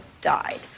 died